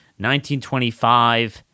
1925